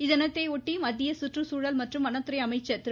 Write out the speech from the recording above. இத்தினத்தையொட்டி மத்திய சுற்றுச்சூழல் வனத்துறை அமைச்சர் திரு